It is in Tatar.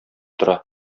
тора